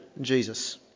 Jesus